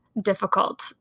difficult